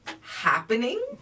happening